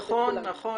נכון,